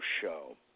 show